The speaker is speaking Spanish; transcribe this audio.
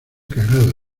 cagado